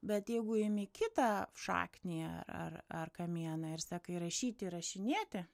bet jeigu imi kitą šaknį ar ar ar kamieną ir sakai rašyti ir rašinėti